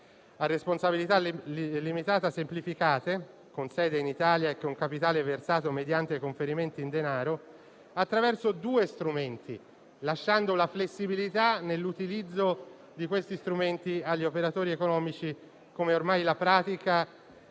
a responsabilità limitata semplificate, con sede in Italia e con capitale versato mediante conferimenti in denaro, attraverso due strumenti e lasciando flessibilità nell'utilizzo di questi strumenti agli operatori economici, come è ormai pratica